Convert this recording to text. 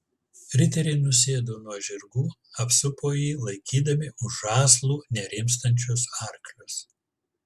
riteriai nusėdo nuo žirgų apsupo jį laikydami už žąslų nerimstančius arklius